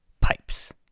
pipes